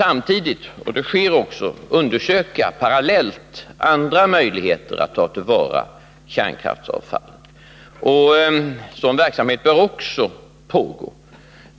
Vi bör — och det sker också — parallellt undersöka andra möjligheter att ta till vara kärnkraftsavfallet.